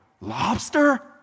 lobster